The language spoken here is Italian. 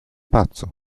pazzo